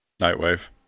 Nightwave